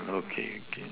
okay okay